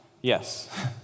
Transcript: Yes